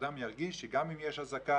שאדם ירגיש שגם אם יש אזעקה,